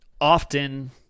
often